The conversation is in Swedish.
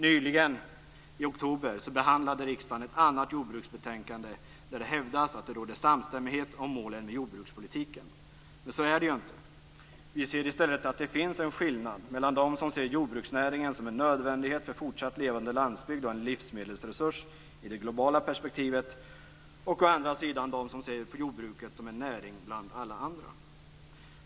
Nyligen - i oktober - behandlade riksdagen ett annat jordbruksbetänkande, där det hävdas att det råder samstämmighet om målen med jordbrukspolitiken. Så är det inte. Vi ser i stället att det finns en skillnad mellan dem som ser jordbruksnäringen som en nödvändighet för en fortsatt levande landsbygd och som en livsmedelsresurs i det globala perspektivet och dem som ser på jordbruket som en näring bland alla andra.